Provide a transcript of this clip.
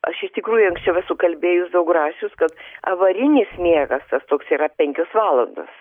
aš iš tikrųjų anksčiau esu kalbėjus daug rašius kad avarinis miegas tas toks yra penkios valandos